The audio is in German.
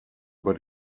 über